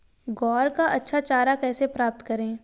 ग्वार का अच्छा चारा कैसे प्राप्त करें?